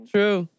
True